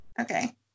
Okay